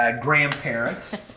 Grandparents